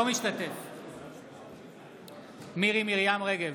אינו משתתף בהצבעה מירי מרים רגב,